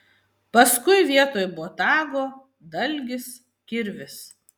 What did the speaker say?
paskui vietoj botago dalgis kirvis